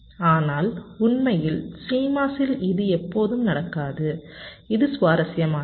ஆனால் உண்மையில் CMOS இல் இது எப்போதும் நடக்காது இது சுவாரஸ்யமானது